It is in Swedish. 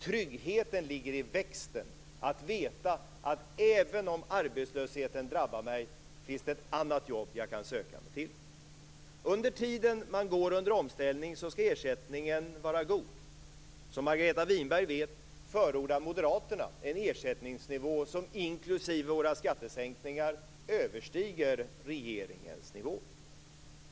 Tryggheten ligger i växten och i att veta att även om arbetslösheten drabbar mig finns det ett annat jobb jag kan söka mig till. Under den tid som man går under omställning skall ersättningen vara god. Som Margareta Winberg vet förordar Moderaterna en ersättningsnivå som inklusive våra skattesänkningar överstiger regeringens nivå.